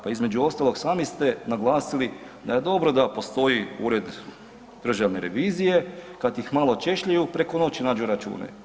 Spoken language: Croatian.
Pa između ostalog sami ste naglasili da je dobro da postoji Ured državne revizije, kad ih malo češljaju preko noći nađu račune.